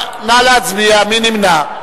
מי נמנע?